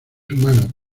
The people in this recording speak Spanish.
humano